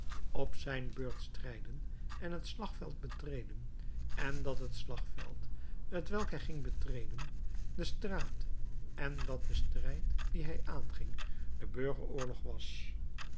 op zijn beurt strijden en het slagveld betreden en dat het slagveld t welk hij ging betreden de straat en dat de strijd dien hij aanging de burgeroorlog was